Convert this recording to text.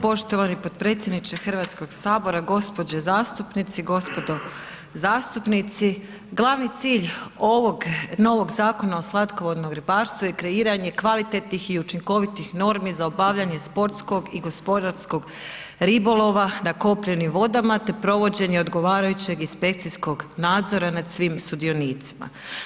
Poštovani potpredsjedniče Hrvatskog sabora, gospođe zastupnici, gospodo zastupnici glavni cilj ovog novog Zakona o slatkovodnom ribarstvu je kreiranje kvalitetnih i učinkovitih normi za obavljanje sportskog i gospodarskog ribolova na kopnenim vodama te provođenje odgovarajućeg inspekcijskog nadzora nad svim sudionicima.